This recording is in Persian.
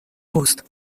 پست